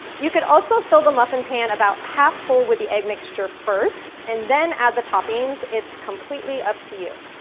you could also fill the muffin pan about half full with the egg mixture first, and then add the toppings. it's completely up to you.